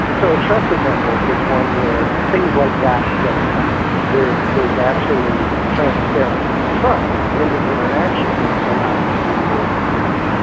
and so a trusted network is one where things like that don't happen, where there is actually transparency and trust in the interactions that have to do with data.